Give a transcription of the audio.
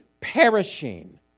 Perishing